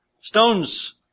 Stones